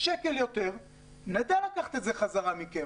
לקחת זאת חזרה.